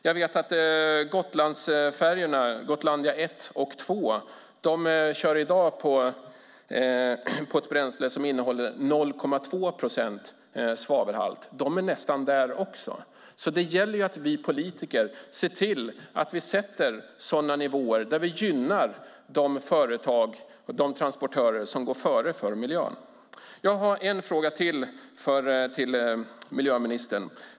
Jag vet att Gotlandsfärjorna Gotlandia och Gotlandia II i dag kör på ett bränsle som innehåller 0,2 procent svavel. De är nästan där också. Det gäller alltså att vi politiker ser till att vi sätter sådana nivåer som gynnar de företag och transportörer som går före för miljöns skull. Jag har ytterligare en fråga till miljöministern.